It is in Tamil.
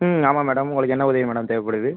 ம் ஆமாம் மேடம் உங்களுக்கு என்ன உதவி மேடம் தேவைப்படுது